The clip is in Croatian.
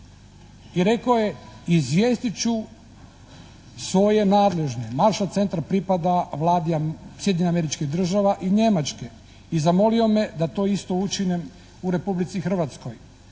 I rekao je, izvijestit ću svoje nadležne. Marshall centar pripada Vladi Sjedinjenih Američkih Država i Njemačke i zamolio me da to isto učinim u Republici Hrvatskoj.